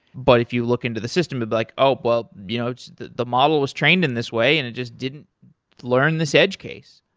but if you look into the system you'll but be like, oh, well. you know the the model was trained in this way and it just didn't learn this edge case.